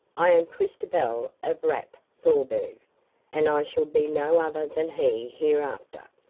i am christobal of rapp-thorburg and i shall be no other than he hereafter.